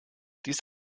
dies